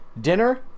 dinner